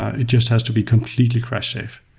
it just has to be completely crash safe.